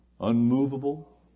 unmovable